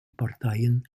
parteien